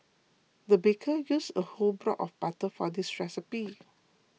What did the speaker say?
the baker used a whole block of butter for this recipe